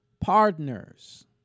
partners